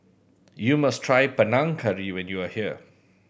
you must try Panang Curry when you are here